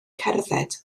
cerdded